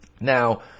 Now